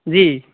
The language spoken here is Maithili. जी